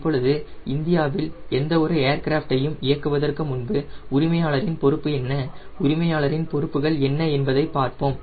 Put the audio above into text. இப்போது இந்தியாவில் எந்தவொரு ஏர்கிராஃப்ட்டையும் இயக்குவதற்கு முன்பு உரிமையாளரின் பொறுப்பு என்ன விமான உரிமையாளரின் பொறுப்புகள் என்ன என்பதைப் பார்ப்போம்